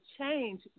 change